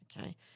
okay